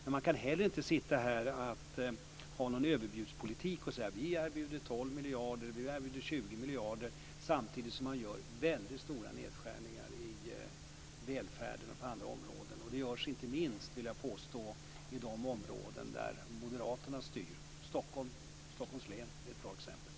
Men man kan heller inte sitta här med någon överbudspolitik och säga: Vi erbjuder 12 miljarder, vi erbjuder 20 miljarder, samtidigt som man gör väldigt stora nedskärningar i välfärden och på andra områden. Det görs inte minst, vill jag påstå, i de områden där moderaterna styr. Stockholm och Stockholms län är ett bra exempel.